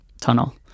tunnel